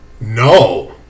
No